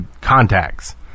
contacts